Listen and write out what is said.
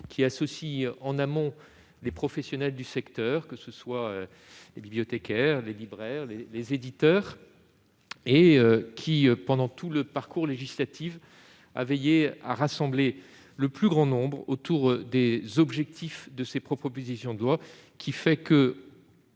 a associé en amont les professionnels du secteur, que ce soient les bibliothécaires, les libraires ou les éditeurs, puis, tout au long du parcours législatif, a veillé à associer le plus grand nombre autour des objectifs de ces propositions de loi, qui, je